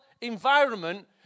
environment